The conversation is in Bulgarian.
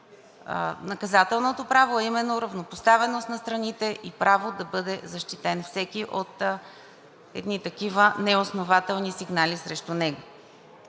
наказателното право, а именно равнопоставеност на страните и право да бъде защитен всеки от едни такива неоснователни сигнали срещу него.